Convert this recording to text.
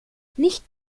nicht